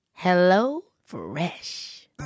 HelloFresh